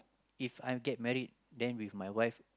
If I get married then with my wife